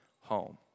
home